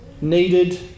needed